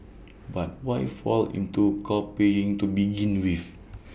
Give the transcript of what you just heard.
but why fall into copying to begin with